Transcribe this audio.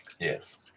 Yes